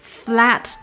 flat